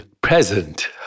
present